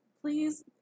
please